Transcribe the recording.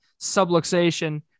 subluxation